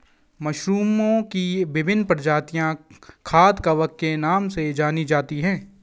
मशरूमओं की विभिन्न प्रजातियां खाद्य कवक के नाम से जानी जाती हैं